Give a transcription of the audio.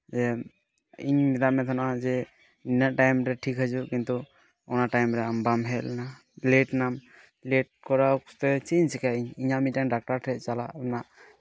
ᱡᱮ ᱤᱧ ᱢᱮᱛᱟᱜ ᱢᱮ ᱛᱟᱦᱮᱱᱟ ᱡᱮ ᱤᱱᱟᱹᱜ ᱴᱟᱭᱤᱢ ᱨᱮ ᱴᱷᱤᱠ ᱦᱤᱡᱩᱜ ᱠᱤᱱᱛᱩ ᱱᱚᱣᱟ ᱴᱟᱭᱤᱢ ᱨᱮ ᱟᱢ ᱵᱟᱢ ᱦᱮᱡ ᱞᱮᱱᱟ ᱞᱮᱴᱱᱟᱢ ᱞᱮᱴ ᱠᱚᱨᱟᱣ ᱛᱮ ᱪᱮᱫ ᱪᱤᱠᱟᱭᱟ ᱤᱧ ᱤᱧᱟᱹᱜ ᱢᱤᱫᱴᱟᱱ ᱰᱟᱠᱛᱟᱨ ᱴᱷᱮᱱ ᱪᱟᱞᱟᱜ ᱨᱮᱱᱟᱜ